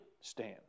stand